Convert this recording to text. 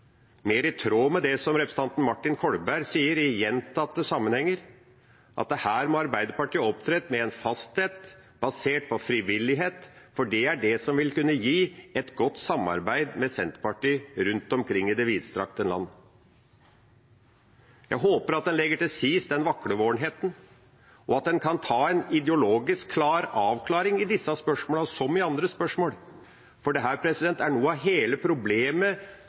mer i tråd med det som representanten Martin Kolberg sier i gjentatte sammenhenger, at her må Arbeiderpartiet opptre med en fasthet, basert på frivillighet, for det er det som vil kunne gi et godt samarbeid med Senterpartiet rundt omkring i det vidstrakte land. Jeg håper at en legger til side den vaklevorenheten, og at en kan ta en ideologisk klar avklaring i disse spørsmålene, som i andre spørsmål, for dette er noe av hele problemet